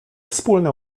wspólne